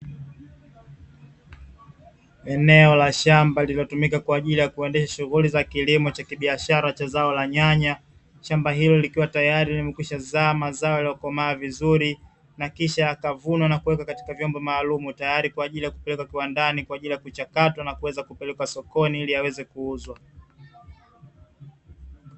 Eneo la shamba linatumika kwa ajili ya kuendesha shughuli za kilimo cha kibiashara cha zao la nyanya, shamba hilo likiwa tayari limekwishazaa mazao yaliyokomaa vizuri na kisha yakavunwa na kuwekwa katika vyombo maalumu, tayari kwa ajili ya kupeleka kiwandani kwa ajili ya kuchakatwa na kuweza kupelekwa sokoni ili yaweze kuuzwa.